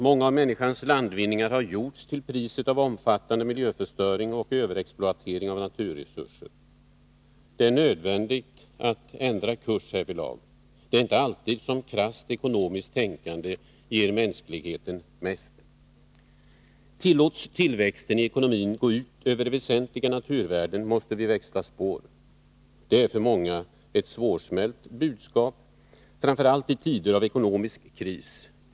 Många av människans landvinningar har gjorts till priset av omfattande miljöförstöring och överexploatering av naturresurser. Det är nödvändigt att ändra kurs härvidlag. Det är inte alltid som krasst ekonomiskt tänkande ger mänskligheten mest. Tillåts tillväxten i ekonomin att gå ut över väsentliga naturvärden, måste vi växla spår. Det är för många ett svårsmält budskap, framför allt i tider av ekonomisk kris.